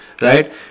right